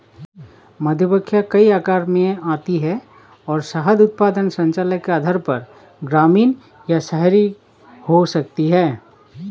मधुमक्खियां कई आकारों में आती हैं और शहद उत्पादन संचालन के आधार पर ग्रामीण या शहरी हो सकती हैं